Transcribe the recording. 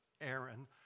Aaron